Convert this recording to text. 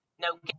no